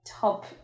top